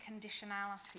conditionality